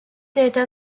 data